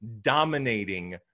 dominating